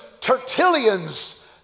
Tertullian's